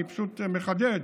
אני פשוט מחדד,